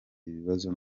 ibibazo